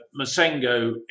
masengo